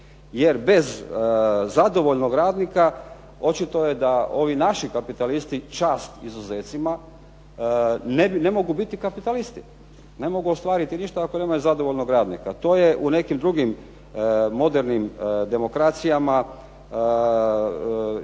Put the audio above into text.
Jer bez zadovoljnog radnika, očito je da ovi naši kapitalisti čast izuzecima, ne mogu biti kapitalisti. Ne mogu ostvariti ništa ako nemaju zadovoljnog radnika. To je u nekim drugim modernim demokracijama